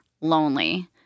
lonely